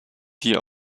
die